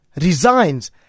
resigns